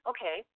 Okay